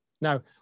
Now